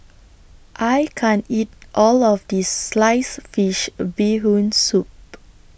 I can't eat All of This Sliced Fish Bee Hoon Soup